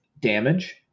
damage